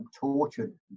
tortured